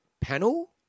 panel